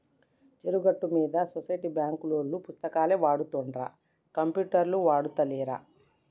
చెరువు గట్టు మీద సొసైటీ బాంకులోల్లు పుస్తకాలే వాడుతుండ్ర కంప్యూటర్లు ఆడుతాలేరా